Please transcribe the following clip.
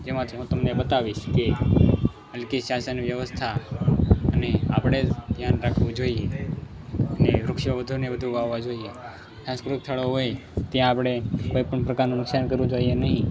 તેમાંથી હું તમને બતાવીશ કે હલકી શાસન વ્યવસ્થા અને આપણે જ ધ્યાન રાખવું જોઈએ ને વૃક્ષો વધુને વધુ વાવવાં જોઈએ સાંસ્કૃત સ્થળો હોય ત્યાં આપણે કોઈપણ પ્રકારનું નુકસાન કરવું જોઈએ નહીં